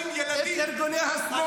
אתה מגנה רצח של מתנחלים?